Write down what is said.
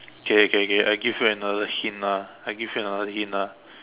okay okay okay I give you another hint lah I give you another hint ah